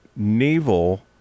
naval